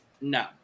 No